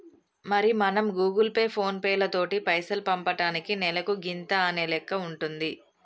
మరి మనం Google Pay ఫోన్ పేలతోటి పైసలు పంపటానికి నెలకు గింత అనే లెక్క ఉంటుంది